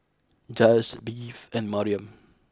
Jiles Bev and Mariam